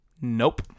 Nope